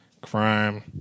crime